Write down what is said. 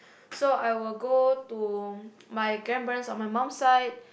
so I will go to my grandparents on my mum side